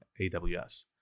AWS